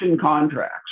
contracts